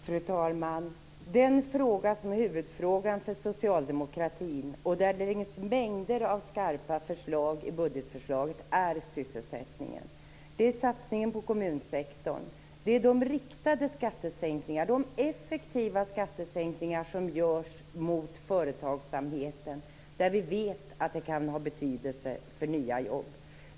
Fru talman! Den fråga som är huvudfråga för socialdemokratin, och där det finns mängder med skarpa förslag i budgetförslaget, är sysselsättningen. Det handlar om satsningen på kommunsektorn. Det handlar om de riktade skattesänkningar, de effektiva skattesänkningar, som görs mot företagsamheten där vi vet att de kan ha betydelse för nya jobb.